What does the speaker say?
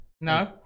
no